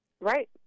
Right